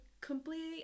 completely